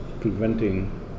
preventing